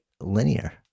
linear